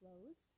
closed